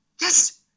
yes